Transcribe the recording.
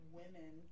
women